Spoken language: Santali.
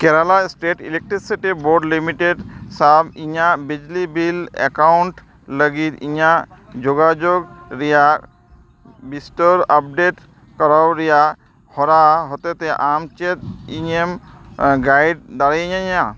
Kerala state electricity board limited ᱥᱟᱶ ᱤᱧᱟᱹᱜ ᱵᱤᱡᱽᱞᱤ ᱵᱤᱞ ᱮᱠᱟᱣᱩᱱᱴ ᱞᱟᱹᱜᱤᱫ ᱤᱧᱟᱹᱜ ᱡᱳᱜᱟᱡᱳᱜᱽ ᱨᱮᱭᱟᱜ ᱵᱤᱥᱛᱚᱨ ᱟᱯᱰᱮᱴ ᱠᱚᱨᱟᱣ ᱨᱮᱭᱟᱜ ᱦᱚᱨᱟ ᱦᱚᱛᱮ ᱛᱮ ᱟᱢ ᱪᱮᱫ ᱤᱧᱮᱢ ᱜᱟᱭᱤᱰ ᱫᱟᱲᱮᱭᱟᱹᱧᱟᱹ